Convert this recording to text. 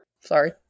Sorry